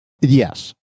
Yes